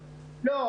לא,